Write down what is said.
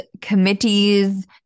committees